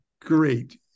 great